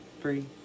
Three